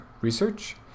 research